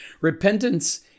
Repentance